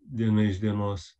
diena iš dienos